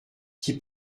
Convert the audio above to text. qui